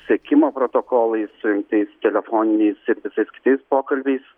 sekimo protokolais surinktais telefoniniais ir visais kitais pokalbiais